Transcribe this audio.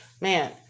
man